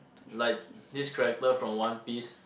like this character from one piece